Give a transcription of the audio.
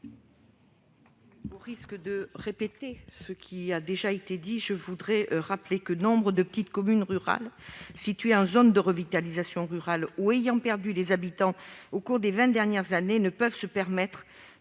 Au risque de répéter ce qui a déjà été souligné, je rappelle que nombre de petites communes rurales situées en zone de revitalisation rurale ou ayant perdu des habitants au cours des vingt dernières années ne peuvent se permettre